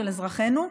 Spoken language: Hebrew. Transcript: של אזרחינו,